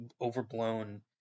overblown